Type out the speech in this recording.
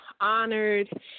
honored